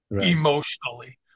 emotionally